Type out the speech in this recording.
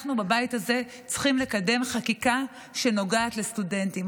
אנחנו בבית הזה צריכים לקדם חקיקה שנוגעת לסטודנטים.